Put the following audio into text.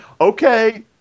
Okay